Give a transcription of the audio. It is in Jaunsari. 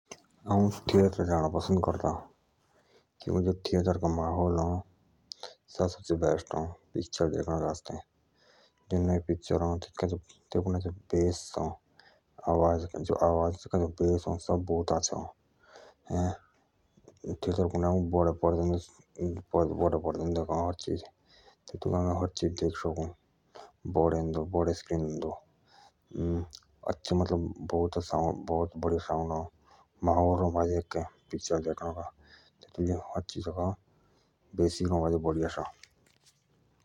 आऊ picture hall जाणो पसंद करदा क्योंकि तेइक का महाओल सबसे अच्छा अ पिक्चर देखनके आस्ते तेपुन्डे जो बेस अ आवाज अ स्या बोउता आच्छा अ तेईके बडे पर्दे दे देखाअ हर चीज सारे चिज जाअ देखुए मजा आअ जोणका आवाज आअ बड़ियां।